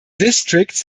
districts